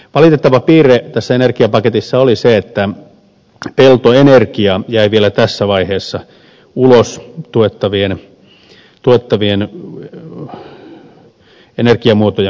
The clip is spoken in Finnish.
valitettava piirre tässä energiapaketissa oli se että peltoenergia jäi vielä tässä vaiheessa ulos tuettavien energiamuotojen puolelta